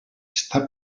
està